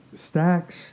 Stacks